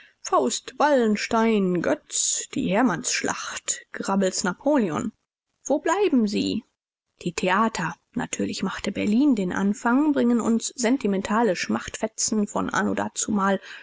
faust wallenstein götz die herrmannsschlacht grabbes napoleon wo bleiben sie die theater natürlich machte berlin den anfang bringen uns sentimentale schmachtfetzen von anno dazumal